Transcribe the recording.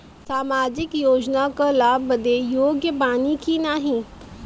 सामाजिक योजना क लाभ बदे योग्य बानी की नाही?